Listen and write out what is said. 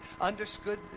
understood